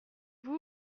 vous